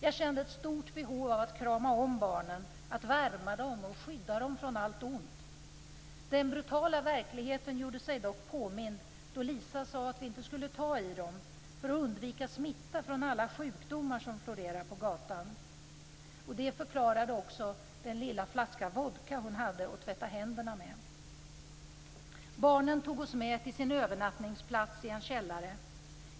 Jag kände ett stort behov av att krama om barnen, att värma dem och skydda dem från allt ont. Den brutala verkligheten gjorde sig dock påmind då Lisa sade att vi inte skulle ta i dem för att undvika smitta från alla sjukdomar som florerar på gatan. Det förklarade också den lilla flaska vodka hon hade att tvätta händerna med. Barnen tog oss med till sin övernattningsplats i en källare.